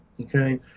Okay